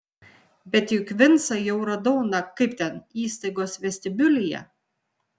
bet juk vincą jau radau na kaip ten įstaigos vestibiulyje